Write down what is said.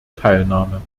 teilnahme